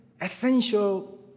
Essential